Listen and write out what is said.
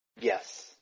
yes